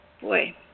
Boy